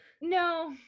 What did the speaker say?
No